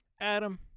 Adam